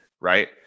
right